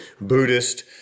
Buddhist